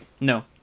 No